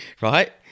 right